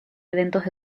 eventos